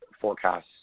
forecasts